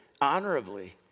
honorably